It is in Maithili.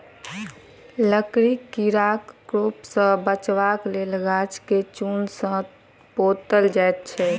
लकड़ीक कीड़ाक प्रकोप सॅ बचबाक लेल गाछ के चून सॅ पोतल जाइत छै